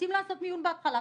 רוצים לעשות מיון בהתחלה?